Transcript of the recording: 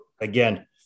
again